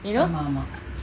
you know